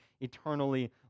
eternally